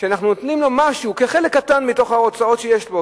שאנחנו נותנים לו משהו, כחלק קטן מההוצאות שיש לו.